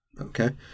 Okay